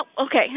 Okay